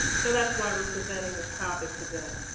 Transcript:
so that's why we're presenting this topic today.